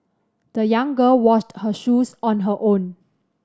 the young girl washed her shoes on her own